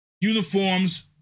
uniforms